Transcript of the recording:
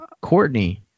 courtney